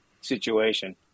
situation